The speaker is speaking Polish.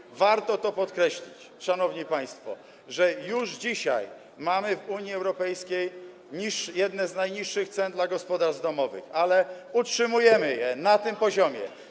I warto to podkreślić, szanowni państwo, że już dzisiaj mamy w Unii Europejskiej jedne z najniższych cen dla gospodarstw domowych, ale utrzymujemy je na tym poziomie.